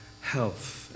health